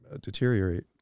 deteriorate